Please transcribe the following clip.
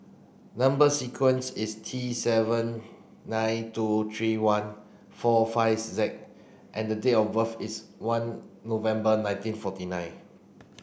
number sequence is T seven nine two three one four five Z and date of birth is one November nineteen forty nine